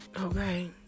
okay